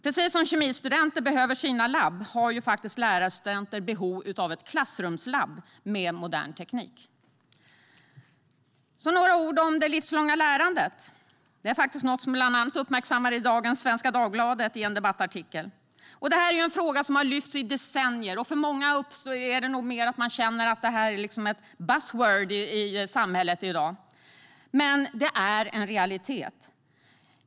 Precis som kemistudenter behöver sina labb har lärarstudenter behov av ett klassrumslabb med modern teknik. Så några ord om det livslånga lärandet, något som bland annat uppmärksammades i en debattartikel i dagens Svenska Dagbladet. Detta är en fråga som har lyfts i flera decennier. För många känns det som ett så kallat buzzword i samhället, men i dag är detta en realitet.